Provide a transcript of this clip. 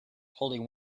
holding